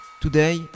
Today